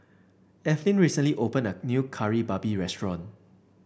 Evelyn recently opened a new Kari Babi restaurant